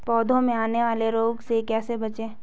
पौधों में आने वाले रोग से कैसे बचें?